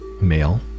male